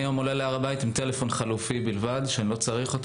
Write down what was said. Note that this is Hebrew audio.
אני היום עולה להר הבית עם טלפון חלופי בלבד שאני לא צריך.